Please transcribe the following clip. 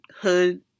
hood